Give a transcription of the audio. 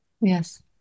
Yes